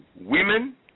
women